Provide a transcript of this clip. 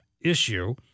issue